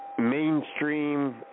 mainstream